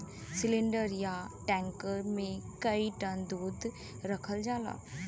cylinder या tanker मे कई टन दूध रखल जाला